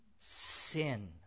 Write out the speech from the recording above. Sin